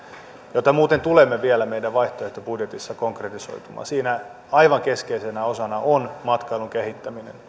jota tulemme muuten vielä meidän vaihtoehtobudjetissamme konkretisoimaan siinä aivan keskeisenä osana on matkailun kehittäminen